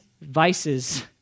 vices